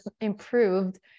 improved